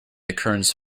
occurrence